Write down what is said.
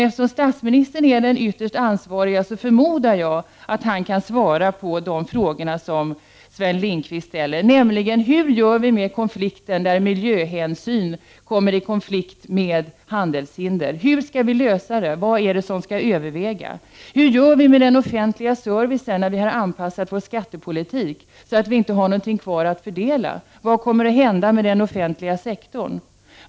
Eftersom statsministern är ytterst ansvarig, förmodar jag att han kan svara på de frågor som Sven Lindqvist ställde. Vad gör vi när miljöhänsyn kommer i konflikt med handelshinder? Hur skall vi lösa det? Vad är det som skall överväga? Hur skall vi göra med den offentliga servicen när vi har anpassat vår skattepolitik så att vi inte längre har något kvar att fördela? Vad kommer att hända med den offentliga sektorn?